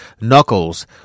Knuckles